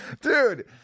Dude